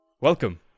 Welcome